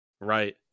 Right